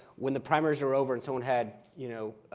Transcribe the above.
when the primaries are over and someone had you know